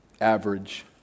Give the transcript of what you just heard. average